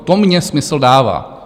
To mně smysl dává.